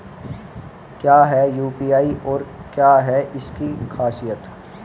क्या है यू.पी.आई और क्या है इसकी खासियत?